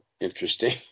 interesting